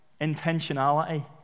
Intentionality